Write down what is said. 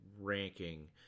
ranking